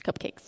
cupcakes